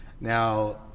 now